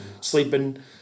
sleeping